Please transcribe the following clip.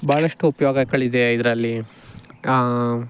ಭಾಳಷ್ಟು ಉಪಯೋಗಕಳಿದೆ ಇದರಲ್ಲಿ ಕಾ